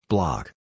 Block